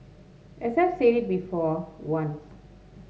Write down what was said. I said said it before once